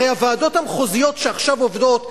הרי הוועדות המחוזיות שעכשיו עובדות,